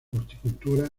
horticultura